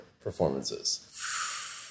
performances